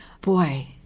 Boy